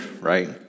right